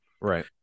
Right